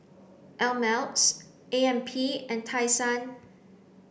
Ameltz A M P and Tai Sun